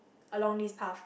along this path